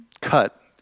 cut